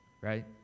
right